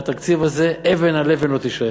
מהתקציב הזה אבן על אבן לא תישאר,